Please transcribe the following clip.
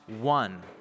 one